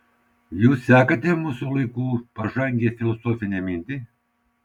jūs sekate mūsų laikų pažangią filosofinę mintį